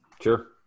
Sure